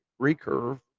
recurve